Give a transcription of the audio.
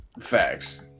facts